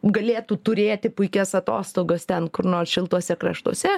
galėtų turėti puikias atostogas ten kur nors šiltuose kraštuose